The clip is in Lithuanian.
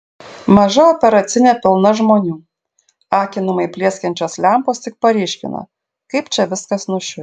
maža operacinė pilna žmonių akinamai plieskiančios lempos tik paryškina kaip čia viskas nušiurę